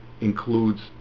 includes